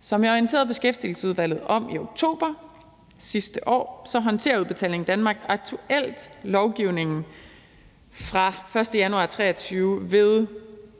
Som jeg orienterede Beskæftigelsesudvalget om i oktober sidste år, håndterer Udbetaling Danmark aktuelt lovgivningen fra 1. januar 2023 ved